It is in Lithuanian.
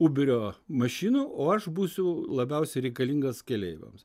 uberio mašinų o aš būsiu labiausiai reikalingas keleiviams